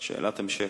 שאלת המשך.